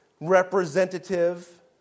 representative